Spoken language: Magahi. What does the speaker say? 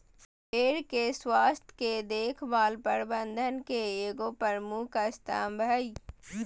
भेड़ के स्वास्थ के देख भाल प्रबंधन के एगो प्रमुख स्तम्भ हइ